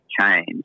change